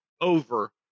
over